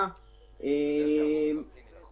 אמרתם שאתם לא יכולים לתת את הנתונים האלה לוועדה.